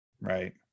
Right